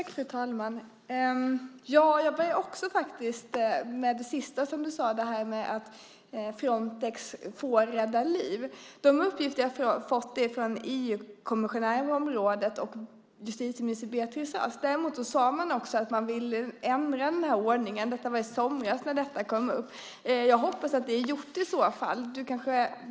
Fru talman! Jag börjar också med det sista som du sade: att Frontex får rädda liv. De uppgifter jag har fått är från EU-kommissionären på området och justitieminister Beatrice Ask. Man sade dock också att man ville ändra ordningen. Detta var i somras. Jag hoppas att det är gjort.